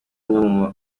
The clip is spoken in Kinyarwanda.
umwe